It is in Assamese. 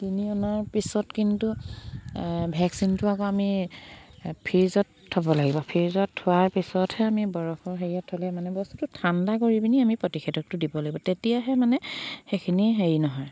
কিনি অনাৰ পিছত কিন্তু ভেকচিনটো আকৌ আমি ফ্ৰিজত থ'ব লাগিব ফ্ৰিজত থোৱাৰ পিছতহে আমি বৰফৰ হেৰিয়ত থ'লে মানে বস্তুটো ঠাণ্ডা কৰি পিনি আমি প্ৰতিষেধকটো দিব লাগিব তেতিয়াহে মানে সেইখিনি হেৰি নহয়